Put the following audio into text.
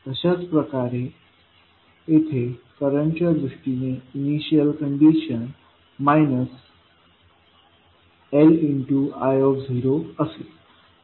आणि तशाच प्रकारे येथे करंटच्या दृष्टीने इनिशियल कंडिशन Li0 असेल